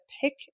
pick